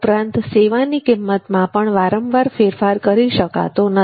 ઉપરાંત સેવાની કિંમતમા પણ વારંવાર ફેરફાર કરી શકાતો નથી